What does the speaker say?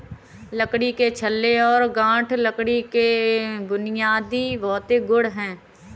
लकड़ी के छल्ले और गांठ लकड़ी के बुनियादी भौतिक गुण हैं